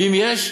ואם יש,